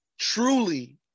truly